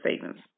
savings